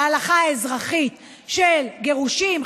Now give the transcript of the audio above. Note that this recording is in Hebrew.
להלכה האזרחית של גירושין,